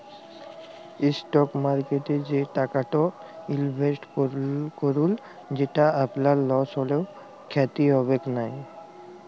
stock মার্কেটে সে টাকাট ইলভেসেট করুল যেট আপলার লস হ্যলেও খ্যতি হবেক লায়